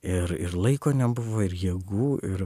ir ir laiko nebuvo ir jėgų ir